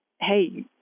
hey